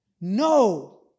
No